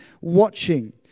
watching